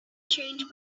changed